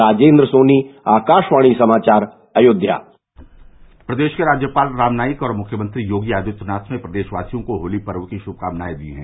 राजेन्द्र सोनी आकाशवाणी समाचार अयोध्या प्रदेश के राज्यपाल राम नाईक और मुख्यमंत्री योगी आदित्यनाथ ने प्रदेशवासियों को होली पर्व की शुभकामनाएं दी हैं